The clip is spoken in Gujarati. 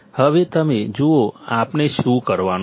હવે તમે જુઓ આપણે શું કરવાનું છે